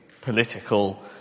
political